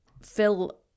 fill